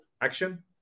Action